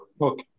Okay